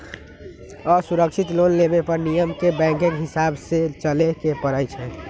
असुरक्षित लोन लेबे पर नियम के बैंकके हिसाबे से चलेए के परइ छै